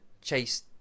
chase